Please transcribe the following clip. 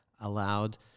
allowed